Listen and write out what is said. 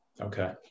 okay